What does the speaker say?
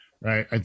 right